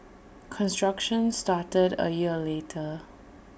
construction started A year later